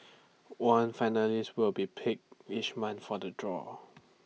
one finalist will be picked each month for the draw